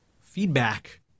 feedback